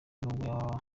nubwo